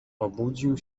obudził